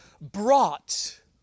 brought